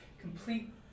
Complete